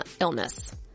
illness